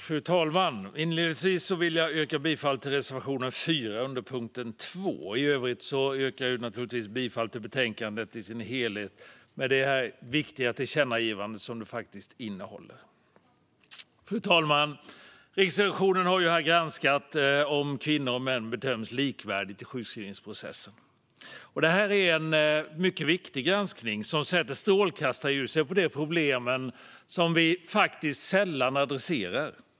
Fru talman! Inledningsvis vill jag yrka bifall till reservation 4 under punkt 2. I övrigt yrkar jag naturligtvis bifall till utskottets förslag i dess helhet, med det viktiga tillkännagivande som det innehåller. Riksrevisionen har granskat om kvinnor och män bedöms likvärdigt i sjukskrivningsprocessen. Det är en mycket viktig granskning som sätter strålkastarljuset på problem som vi sällan adresserar.